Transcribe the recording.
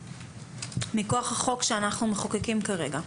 מכוח החוק שאנחנו מחוקקים כרגע.